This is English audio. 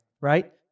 right